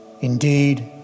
Indeed